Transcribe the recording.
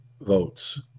votes